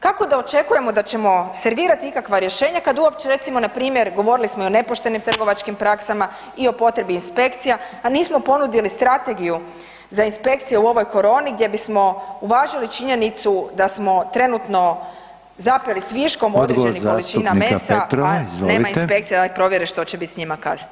Kako da očekujemo da ćemo servirati ikakva rješenja kad uopće recimo npr. govorili smo i o nepoštenim trgovačkim praksama i o potrebi inspekcija, a nismo ponudili strategiju za inspekcije u ovoj koroni gdje bismo uvažili činjenicu da smo trenutno zapeli s viškom određenih količina mesa, a nema inspekcije da ih provjere što će biti s njima kasnije.